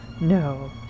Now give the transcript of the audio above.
no